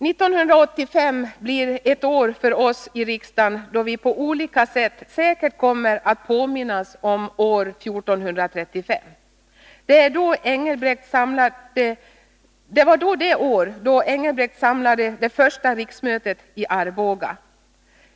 1985 blir ett år då vi i riksdagen på olika sätt kommer att påminnas om år 1435. Det var det år då Engelbrekt samlade det första riksmötet i Arboga.